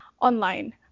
online